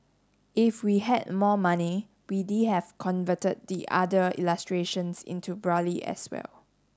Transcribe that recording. if we had more money have converted the other illustrations into as well